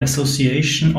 association